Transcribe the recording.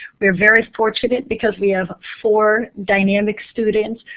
we're very fortunate, because we have four dynamic students,